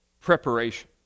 preparation